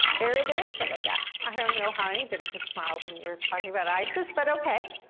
there is there is some of that. i don't know how anybody could smile when you're talking about isis, but okay.